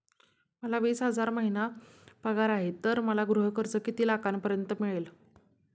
मला वीस हजार महिना पगार आहे तर मला गृह कर्ज किती लाखांपर्यंत मिळेल?